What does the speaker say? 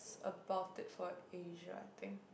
about it for Asia I think